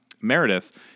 Meredith